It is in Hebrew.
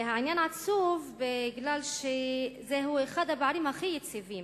העניין עצוב בגלל שזה אחד הפערים הכי יציבים,